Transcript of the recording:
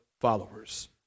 followers